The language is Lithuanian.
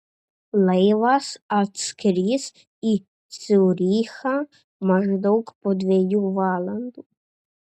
laivas atskris į ciurichą maždaug po dviejų valandų